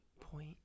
point